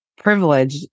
Privilege